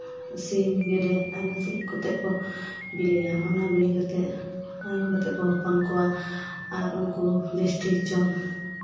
ᱥᱤᱢ ᱜᱮᱰᱮ ᱟᱭᱢᱟ ᱛᱤᱨᱤᱡ ᱠᱟᱛᱮᱫ ᱠᱚ ᱵᱤᱞᱤᱭᱟ ᱚᱱᱟ ᱵᱤᱞᱤ ᱠᱟᱛᱮᱫ ᱟᱭᱢᱟ ᱠᱟᱛᱮᱫ ᱠᱚ ᱦᱚᱯᱚᱱ ᱠᱚᱣᱟ ᱟᱨ ᱩᱱᱠᱩ ᱵᱮᱥᱴᱷᱤᱠ ᱡᱚᱢ